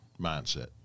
mindset